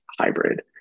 hybrid